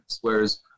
Whereas